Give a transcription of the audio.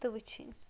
تہٕ وُچھِنۍ